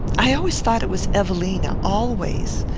i always thought it was evelina always.